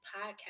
podcast